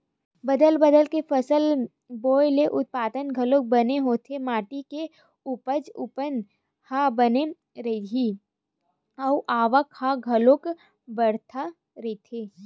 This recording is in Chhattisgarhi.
बदल बदल के फसल बोए ले उत्पादन घलोक बने होही, माटी के उपजऊपन ह बने रइही अउ आवक ह घलोक बड़ाथ रहीथे